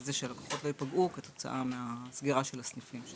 ולזה שהלקוחות לא ייפגעו כתוצאה מהסגירה של הסניפים.